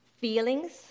Feelings